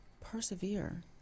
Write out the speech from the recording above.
Persevere